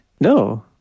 No